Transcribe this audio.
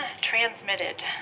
transmitted